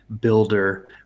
builder